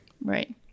Right